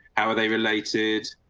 how are they related?